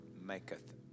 maketh